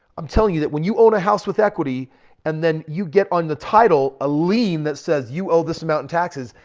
i'm telling you that when you own a house with equity and then you get on the title, a lien that says you owe this amount in taxes.